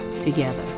together